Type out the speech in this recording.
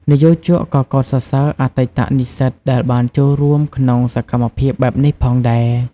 និយោជកក៏កោតសរសើរអតីតនិស្សិតដែលបានចូលរួមក្នុងសកម្មភាពបែបនេះផងដែរ។